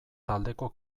taldeko